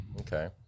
Okay